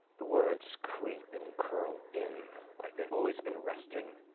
the words creep and curl in, like they've always been resting,